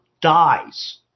dies